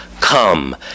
come